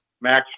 max